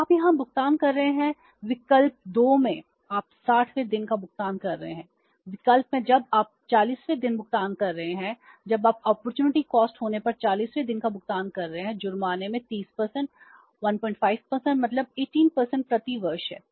तो आप यहाँ भुगतान कर रहे हैं विकल्प 2 में आप 60 वें दिन का भुगतान कर रहे हैं विकल्प में जब आप 40 वें दिन भुगतान कर रहे हैं जब आप अपॉर्चुनिटी कॉस्ट होने पर 40 वें दिन का भुगतान कर रहे हैं जुर्माने में 30 15 मतलब 18 प्रति वर्ष है